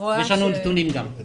יש לנו גם נתונים.